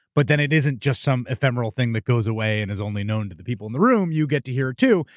but then it isn't just some ephemeral thing that goes away and is only known to the people in the room. you get to hear it too.